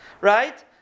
Right